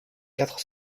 quatre